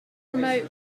remote